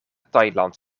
thailand